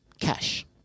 cash